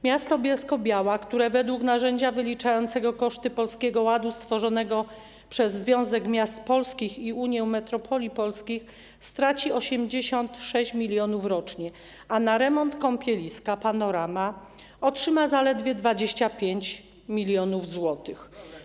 Miasto Bielsko-Biała, które według narzędzia wyliczającego koszty Polskiego Ładu stworzonego przez Związek Miast Polskich i Unię Metropolii Polskich straci 86 mln rocznie, na remont kąpieliska Panorama otrzyma zaledwie 25 mln zł.